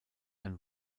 ein